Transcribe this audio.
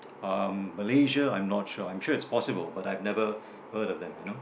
uh Malaysia I'm not sure I'm sure it's possible but I've never heard of that you know